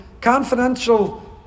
confidential